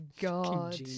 god